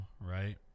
right